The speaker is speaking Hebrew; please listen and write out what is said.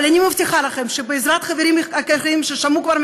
אבל אני מבטיחה לכם שבעזרת חברים ששמעו כבר את